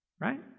right